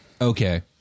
Okay